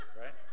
Right